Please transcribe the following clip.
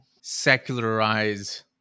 secularize